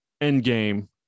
Endgame